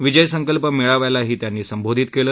विजय संकल्प मेळाव्यालाही त्यांनी संबोधित केलं